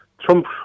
Trump